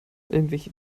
irgendwelche